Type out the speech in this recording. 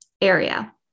area